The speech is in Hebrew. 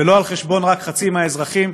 ולא רק על חשבון חצי מהאזרחים.